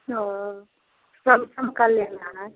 तो समसस का लेना है